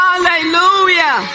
Hallelujah